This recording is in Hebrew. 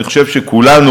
אני חושב שכולנו,